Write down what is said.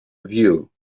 view